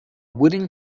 wooden